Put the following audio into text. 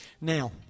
now